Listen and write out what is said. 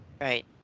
Right